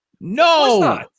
No